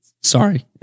Sorry